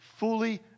Fully